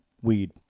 Weed